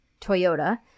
Toyota